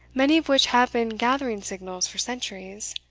many of which have been gathering-signals for centuries.